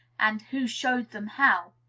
and who showed them how.